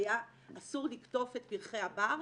היה אסור לקטוף את פרחי הבר,